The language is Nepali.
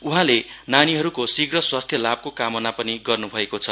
उहाँले उनीहरूको शीघ्र स्वास्थ्यलाभको कामना पनि गर्नुभएको छ